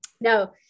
No